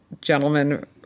gentlemen